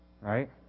Right